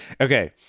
okay